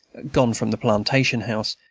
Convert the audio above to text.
gone from the plantation-house,